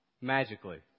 magically